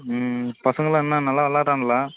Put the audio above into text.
ம் பசங்களாம் என்ன நல்லா விளாடுறான்களா